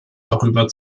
darüber